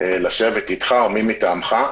לשבת איתך או מי מטעמך.